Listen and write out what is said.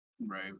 Right